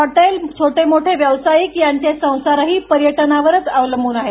hotel छोटे मोठे व्यावसायिक यांचे संसारही पर्यटनावरच अवलंबून आहेत